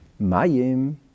mayim